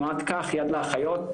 תנועת כך יד לאחיות.